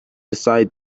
aside